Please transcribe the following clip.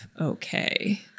okay